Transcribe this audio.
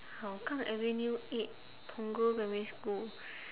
hougang avenue eight punggol primary school